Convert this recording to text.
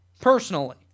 Personally